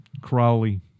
Crowley